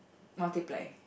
multiply